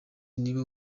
nibo